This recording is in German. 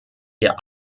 hier